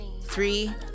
Three